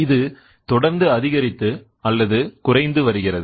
இது தொடர்ந்து அதிகரித்து அல்லது குறைந்து வருகிறது